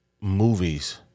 movies